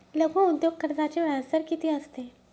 लघु उद्योग कर्जाचे व्याजदर किती असते?